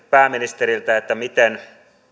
pääministeriltä miten